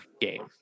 game